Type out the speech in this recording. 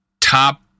top